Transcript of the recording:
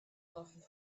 off